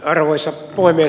arvoisa puhemies